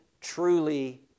truly